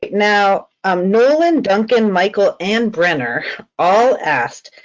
now, um nolan, duncan, michael and brenner all asked,